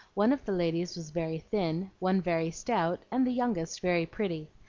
one of the ladies was very thin, one very stout, and the youngest very pretty.